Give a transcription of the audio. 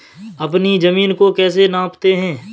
अपनी जमीन को कैसे नापते हैं?